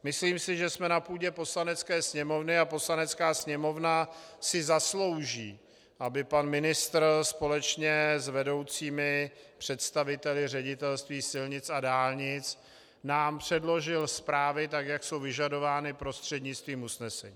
Myslím si, že jsme na půdě Poslanecké sněmovny a Poslanecká sněmovna si zaslouží, aby pan ministr společně s vedoucími představiteli ŘSD nám předložil zprávy tak, jak jsou vyžadovány prostřednictvím usnesení.